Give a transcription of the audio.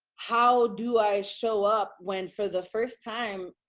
how do i show up when for the first time,